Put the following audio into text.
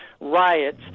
riots